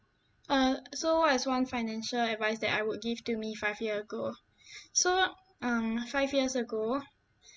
uh so what is one financial advice that I would give to me five year ago so um five years ago